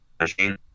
Machine